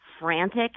frantic